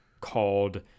called